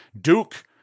Duke